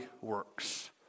works